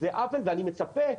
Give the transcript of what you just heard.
זה עוול ואני מצפה,